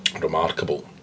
remarkable